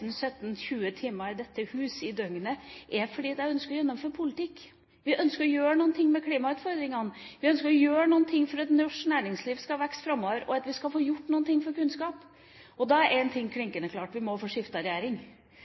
17, 20 timer i døgnet i dette hus, er at jeg ønsker å gjennomføre en politikk. Vi ønsker å gjøre noe med klimautfordringene. Vi ønsker å gjøre noe for at norsk næringsliv skal vokse framover, og vi ønsker å få gjort noe for kunnskap. Da er én ting klinkende klart: Vi må få skiftet regjering.